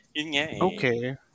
Okay